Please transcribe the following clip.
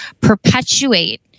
perpetuate